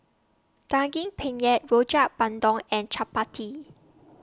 Daging Penyet Rojak Bandung and Chappati